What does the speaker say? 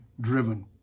driven